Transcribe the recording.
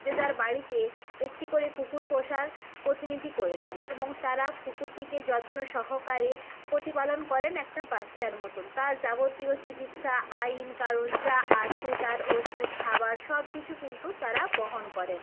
যে যার বাড়িতে একটি করে কুকুর পোষার প্রতিনিধি করেছেন এবং তারা কুকুরটিকে যত্ন সহকারে প্রতিপালন করেন একটা বাচ্চার মতন তার যাবতীয় চিকিৎসা আইন কানুন যা আছে তার ওষুধ খাবার সবকিছু কিন্তু তারা বহন করেন